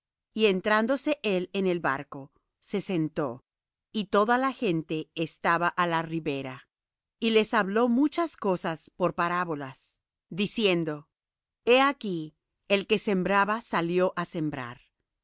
y entrándose él en el barco se sentó y toda la gente estaba á la ribera y les habló muchas cosas por parábolas diciendo he aquí el que sembraba salió á sembrar